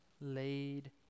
laid